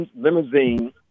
limousine